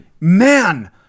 man